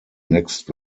next